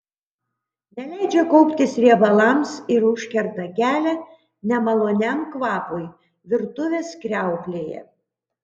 neleidžia kauptis riebalams ir užkerta kelią nemaloniam kvapui virtuvės kriauklėje